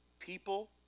People